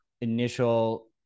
initial